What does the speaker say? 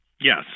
Yes